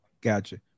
Gotcha